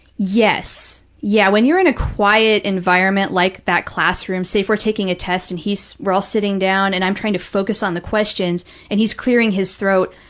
yes. yeah, when you're in a quiet environment like that classroom, say if we're taking a test and he's, we're all sitting down and i'm trying to focus on the questions and he's clearing his throat,